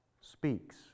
speaks